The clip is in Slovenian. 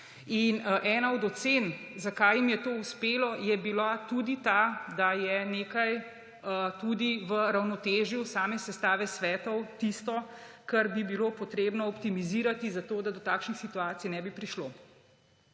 Ena od ocen, zakaj jim je to uspelo, je bila tudi ta, da je nekaj tudi v ravnotežju same sestave svetov tisto, kar bi bilo potrebno optimizirati, zato da do takšnih situacij ne bi prišlo.